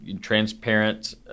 transparent